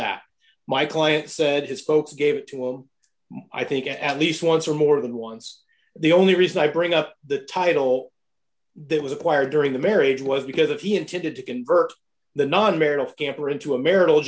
that my client said his folks gave it to well i think at least once or more than once the only reason i bring up the title there was acquired during the marriage was because if he had to get to convert the non marital scamper into a marital